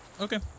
Okay